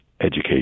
education